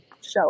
show